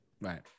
right